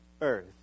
earth